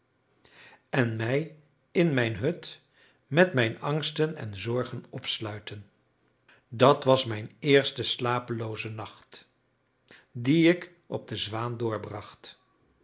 en mij in mijn hut met mijn angsten en zorgen opsluiten dat was mijn eerste slapelooze nacht dien ik op de zwaan doorbracht